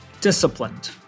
Disciplined